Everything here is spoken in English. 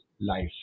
life